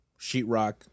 sheetrock